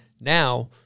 now